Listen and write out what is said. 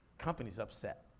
company's upset.